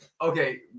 Okay